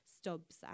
stubs